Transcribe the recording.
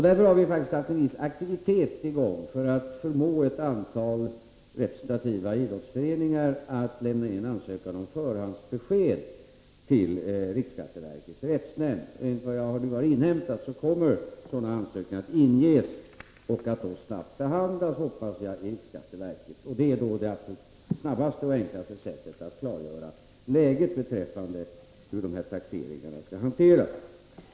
Därför har vi faktiskt haft en viss aktivitet i gång för att förmå ett antal representativa idrottsföreningar att lämna in en ansökan om förhandsbesked till riksskatteverkets rättsnämnd. Enligt vad jag har inhämtat kommer sådana ansökningar att lämnas in. Jag hoppas att de behandlas snabbt av riksskatteverket. Det är det absolut snabbaste och enklaste sättet att klargöra läget beträffande hur de här taxeringarna skall hanteras.